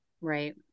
Right